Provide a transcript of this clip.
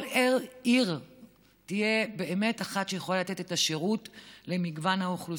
כל עיר תהיה באמת אחת שיכולה לתת את השירות למגוון האוכלוסייה.